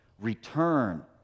Return